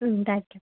ம் தேங்க்யூ